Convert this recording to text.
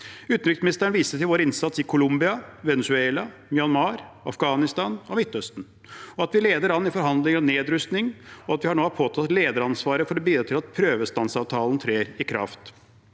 Utenriksministeren viste til vår innsats i Colombia, Venezuela, Myanmar, Afghanistan og Midtøsten, at vi leder an i forhandlinger om nedrustning, og at vi nå har påtatt oss lederansvaret for å bidra til at prøvestansavtalen trer i kraft.